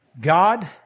God